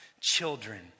children